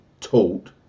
taught